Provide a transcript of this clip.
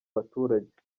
baturage